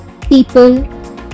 people